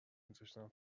میذاشتم